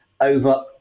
over